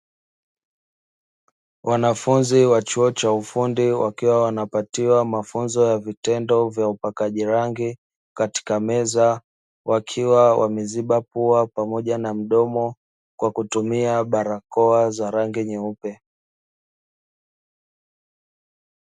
Wanafunzi wa chuo cha ufundi wakiwa wanapatiwa mafunzo ya vitendo vya upakaji rangi katika meza wakiwa wameziba pua pamoja na mdomo kwa kutumia barakoa za rangi nyeupe.